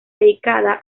dedicada